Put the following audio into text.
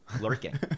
lurking